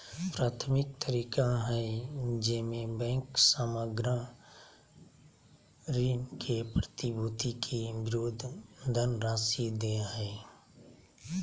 प्राथमिक तरीका हइ जेमे बैंक सामग्र ऋण के प्रतिभूति के विरुद्ध धनराशि दे हइ